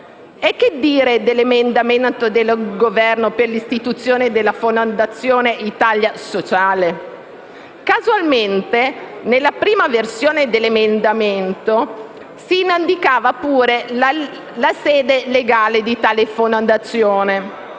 Che dire poi dell'emendamento del Governo per l'istituzione della fondazione Italia sociale? Casualmente la prima versione dell'emendamento indicava pure la sede legale di tale fondazione